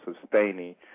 sustaining